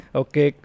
okay